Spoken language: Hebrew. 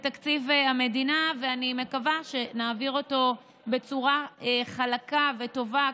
ואני מקווה שנעביר אותו בצורה חלקה וטובה,